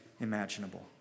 imaginable